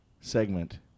segment